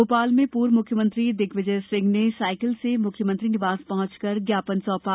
भोपाल में पूर्व मुख्यमंत्री दिग्विजय सिंह ने साइकिल से मुख्यमंत्री निवास पहुंचकर ज्ञापन सौंपा